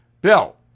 Bill